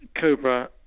COBRA